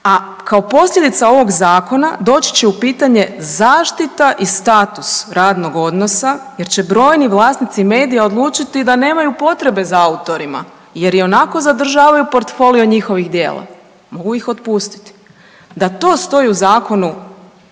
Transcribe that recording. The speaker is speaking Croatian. a kao posljedica ovog zakona doći će u pitanje zaštita i status radnog odnosa jer će brojni vlasnici medija odlučiti da nemaju potrebe za autorima jer i onako zadržavaju portfolio njihovih djela, mogu ih otpustiti. Da to stoji u zakonu